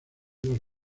dos